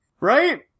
Right